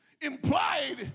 implied